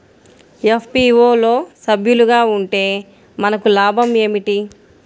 FPO లో సభ్యులుగా ఉంటే మనకు లాభం ఏమిటి?